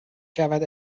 شود